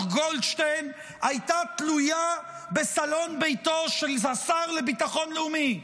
גולדשטיין הייתה תלויה בסלון ביתו של השר לביטחון לאומי,